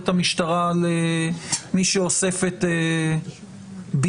הוועדה בראשותה של חברת הכנסת שרן השכל עוסקת בשימוש הרפואי